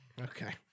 Okay